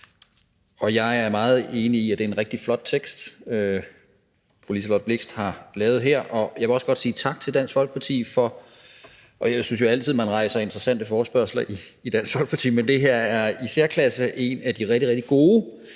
Jeg er meget enig i, at det er en rigtig flot tekst, fru Liselott Blixt har lavet her, og jeg vil også godt sige tak til Dansk Folkeparti. Jeg synes jo altid, man rejser interessante forespørgsler i Dansk Folkeparti, men det her er i særklasse en af de rigtig, rigtig gode